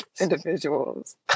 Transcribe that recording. individuals